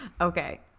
Okay